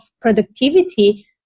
productivity